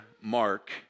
Mark